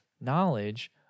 knowledge